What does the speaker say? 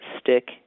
stick